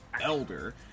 elder